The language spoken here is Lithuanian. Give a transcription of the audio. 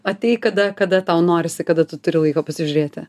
ateik kada kada tau norisi kada tu turi laiko pasižiūrėti